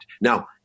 Now